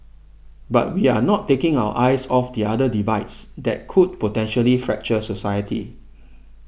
but we are not taking our eyes off the other divides that could potentially fracture society